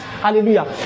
Hallelujah